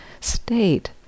state